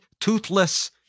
toothless